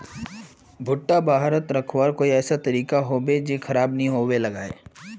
भुट्टा बारित रखवार कोई ऐसा तरीका होबे की खराब नि होबे लगाई?